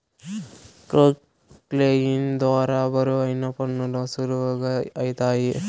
క్రొక్లేయిన్ ద్వారా బరువైన పనులు సులువుగా ఐతాయి